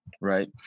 right